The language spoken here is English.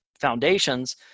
foundations